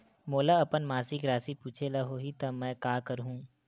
मोला अपन मासिक राशि पूछे ल होही त मैं का करहु?